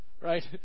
Right